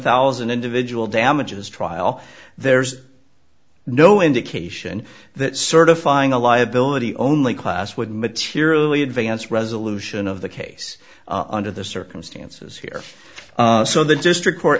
dollars individual damages trial there's no indication that certifying a liability only class would materially advance resolution of the case under the circumstances here so the district